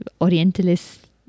orientalist